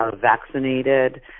vaccinated